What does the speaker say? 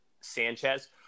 Sanchez